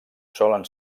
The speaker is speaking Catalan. solen